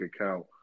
account